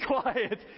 quiet